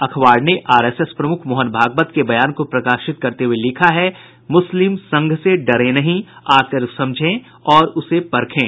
अखबार ने आरएसएस प्रमुख मोहन भागवत के बयान को प्रकाशित करते हुए लिखा है मुस्लिम संघ से डरे नहीं आकर समझें और उसे परखें